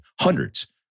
Hundreds